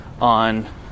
on